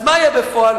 אז מה יהיה בפועל?